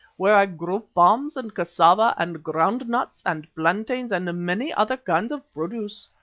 where i grow palms and cassava and ground nuts and plantains and many other kinds of produce.